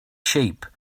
sheep